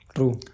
True